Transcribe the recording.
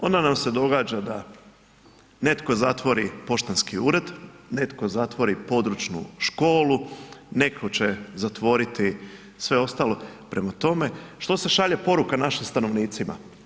Onda nam se događa da netko zatvori poštanski ured, netko zatvori područnu školu, netko će zatvoriti sve ostalo, prema tome, što se šalje poruka našim stanovnicima?